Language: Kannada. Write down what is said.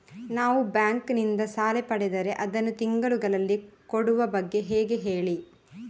ನಾವು ಬ್ಯಾಂಕ್ ನಿಂದ ಸಾಲ ಪಡೆದರೆ ಅದನ್ನು ತಿಂಗಳುಗಳಲ್ಲಿ ಕೊಡುವ ಬಗ್ಗೆ ಹೇಗೆ ಹೇಳಿ